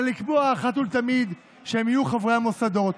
אלא לקבוע אחת ולתמיד שהם יהיו חברי המוסדות.